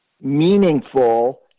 meaningful